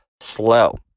slow